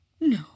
No